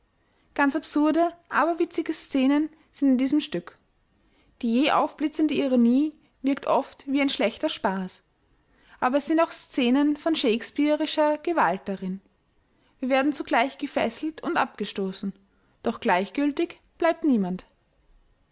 ganz absurde aberwitzige scenen sind in diesem stück die jäh aufblitzende ironie wirkt oft wie ein schlechter spaß aber es sind auch scenen von shakespeare'scher gewalt darin wir werden zugleich gefesselt und abgestoßen doch gleichgültig bleibt niemand